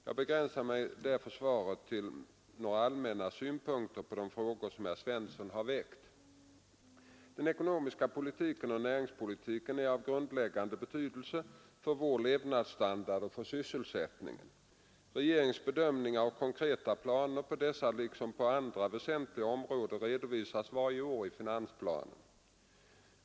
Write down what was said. Jag begränsar därför svaret till några allmänna synpunkter på de frågor som herr Svensson har väckt. Den ekonomiska politiken och näringspolitiken är av grundläggande betydelse för vår levnadsstandard och för sysselsättningen. Regeringens bedömningar och konkreta planer på dessa liksom på andra väsentliga områden redovisas varje år i finansplanen.